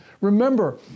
Remember